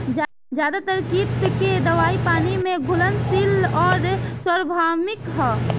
ज्यादातर कीट के दवाई पानी में घुलनशील आउर सार्वभौमिक ह?